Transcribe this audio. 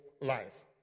life